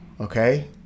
okay